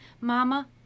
Mama